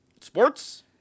sports